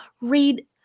read